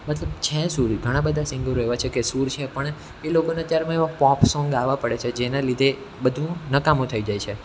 મતલબ છે સૂર ઘણા બધા સિંગરો એવા છે કે સૂર છે પણ એ લોકોને અત્યારમાં એવા પોપ સોંગ ગાવા પડે છે જેના લીધે બધું નકામું થઈ જાય છે